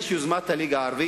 יש יוזמת הליגה הערבית,